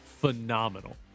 phenomenal